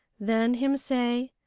then him say,